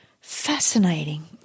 Fascinating